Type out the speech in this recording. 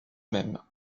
même